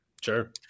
Sure